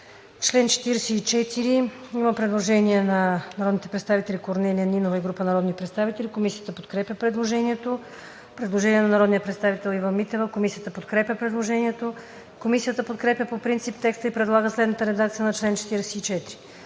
чл. 44 има предложение на народния представител Корнелия Нинова и група народни представители. Комисията подкрепя предложението. Предложение на народния представител Ива Митева. Комисията подкрепя предложението. Комисията подкрепя по принцип текста и предлага следната редакция на чл. 44: